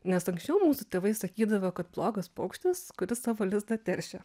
nes anksčiau mūsų tėvai sakydavo kad blogas paukštis kuris savo lizdą teršia